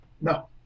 No